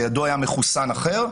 לידו היה מחוסן אחר,